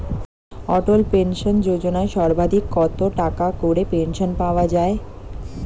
অটল pension যোজনা সর্বাধিক কত টাকা করে পেনশন পাওয়া যায়?